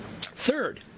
Third